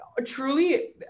Truly